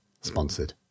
sponsored